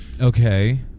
Okay